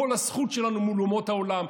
כל הזכות שלנו מול אומות העולם,